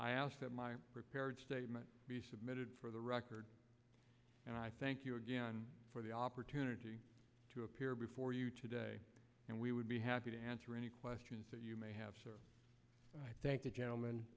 i ask that my prepared statement be submitted for the record and i thank you again for the opportunity to appear before you today and we would be happy to answer any questions you may have sir i thank the